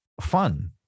fun